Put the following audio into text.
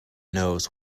knows